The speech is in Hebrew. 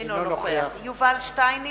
אינו נוכח יובל שטייניץ,